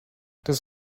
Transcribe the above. das